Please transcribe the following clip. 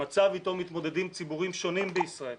המצב איתו מתמודדים ציבורים שונים בישראל,